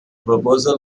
proposal